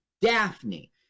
Daphne